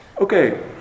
Okay